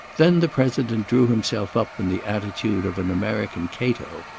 then the president drew himself up in the attitude of an american cato,